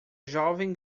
jovem